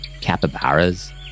capybaras